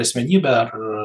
asmenybė ar